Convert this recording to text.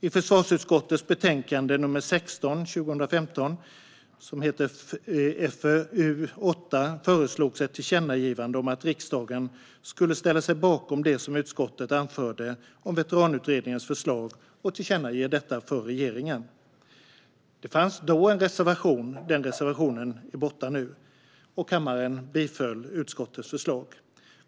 I försvarsutskottets betänkande 2015/16:FöU8 föreslogs att riksdagen skulle ställa sig bakom ett tillkännagivande till regeringen om det som utskottet anförde om Veteranutredningens förslag. Det fanns då en reservation som är borta nu, och kammaren biföll utskottets förslag.